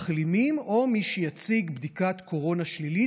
מחלימים או מי שיציג בדיקת קורונה שלילית,